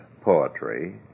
poetry